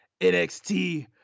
NXT